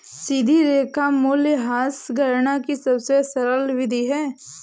सीधी रेखा मूल्यह्रास गणना की सबसे सरल विधि है